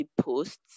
posts